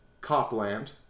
Copland